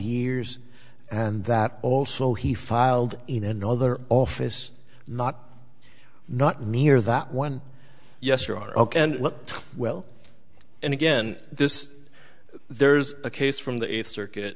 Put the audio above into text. years and that also he filed in another office not not near that one yes you are ok and well and again this there's a case from the eighth circuit